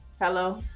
Hello